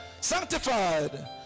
Sanctified